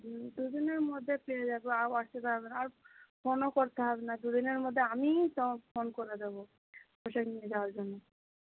দুদিনের মধ্যে পেয়ে যাব আর অসুবিধা হবে না আর ফোনও করতে হবে না দুদিনের মধ্যে আমিই তোমাকে ফোন করে দেবো পোশাকগুলো নিয়ে যাওয়ার জন্য